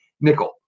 nickel